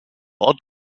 ort